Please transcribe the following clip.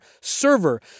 server